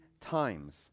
times